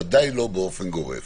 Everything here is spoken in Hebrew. בוודאי לא באופן גורף.